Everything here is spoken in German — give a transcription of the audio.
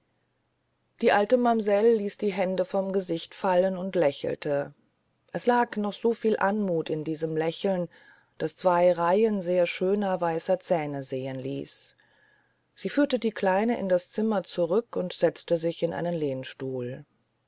die alte mamsell ließ die hände vom gesicht fallen und lächelte es lag noch so viel anmut in diesem lächeln das zwei reihen sehr schöner weißer zähne sehen ließ sie führte die kleine in das zimmer zurück und setzte sich in einen lehnstuhl